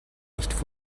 nicht